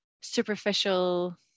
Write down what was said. superficial